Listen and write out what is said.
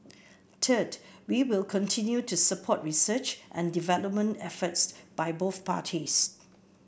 third we will continue to support research and development efforts by both parties